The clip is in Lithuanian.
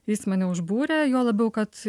jis mane užbūrė juo labiau kad